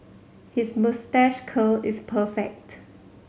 his moustache curl is perfect